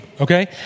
okay